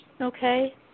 okay